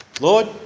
Lord